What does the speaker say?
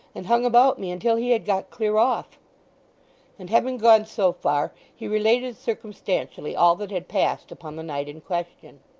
and hung about me until he had got clear off and having gone so far, he related circumstantially all that had passed upon the night in question.